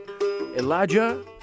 Elijah